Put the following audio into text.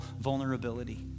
vulnerability